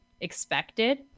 expected